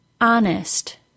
Honest